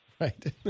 Right